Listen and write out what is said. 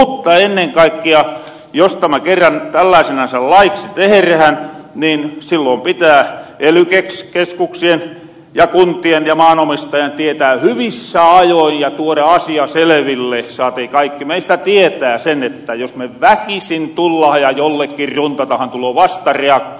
mutta ennen kaikkea jos tämä kerran tällaasenahan laiksi teherähän niin sillon pitää ely keskuksien ja kuntien ja maanomistajien tietää hyvissä ajoin ja tuoda asia seleville saatei kaikki meistä tietää sen että jos me väkisin tullahan ja jollekin runtatahan tuloo vastareaktio